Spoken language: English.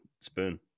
spoon